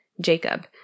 Jacob